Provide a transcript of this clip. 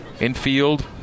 Infield